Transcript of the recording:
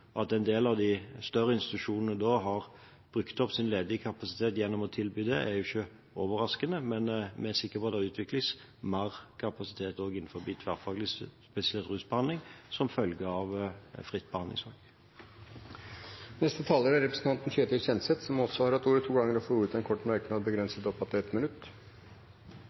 At en del av de større institusjonene har brukt opp sin ledige kapasitet gjennom å tilby det, er ikke overraskende, men vi er sikre på at det som følge av fritt behandlingsvalg utvikles mer kapasitet også innen tverrfaglig spesialisert rusbehandling. Representanten Ketil Kjenseth har hatt ordet to ganger tidligere og får ordet til en kort merknad, begrenset til 1 minutt.